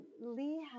Lee